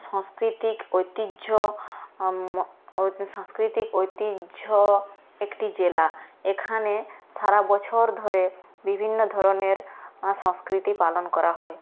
সংস্কৃতিক ঐতিহ্য সাংস্কৃতিক ঐতিহ্য একটি জেলা এখানে সারা বছর ধরে বিভিন্ন ধরনের নানা সংস্কৃতি পালন করা হয়